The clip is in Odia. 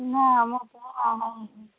ନା ଆମ ପୁଅ ବାହା ହେଇନି